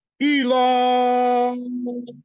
Elon